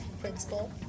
principal